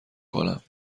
کنم